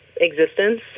existence